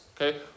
Okay